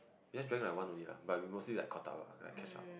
we just drank like one only lah but we mostly like caught up lah like catch up